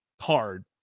hard